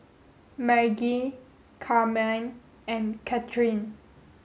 Maggie Carmine and Katheryn